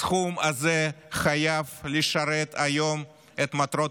הסכום הזה חייב לשרת היום את מטרות